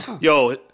Yo